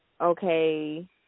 okay